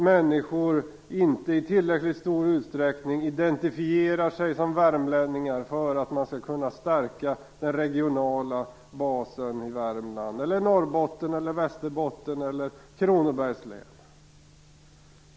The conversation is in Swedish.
Människor skulle inte identifiera sig som värmlänningar i tillräckligt stor utsträckning för att den regionala basen skulle kunna stärkas i Värmland - eller Norrbotten, Västerbotten och Kronobergs län.